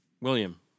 William